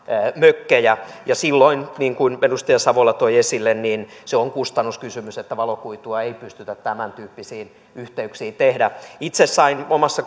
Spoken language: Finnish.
mökkejä silloin niin kuin edustaja savola toi esille se on kustannuskysymys valokuitua ei pystytä tämäntyyppisiin yhteyksiin tekemään itse sain omassa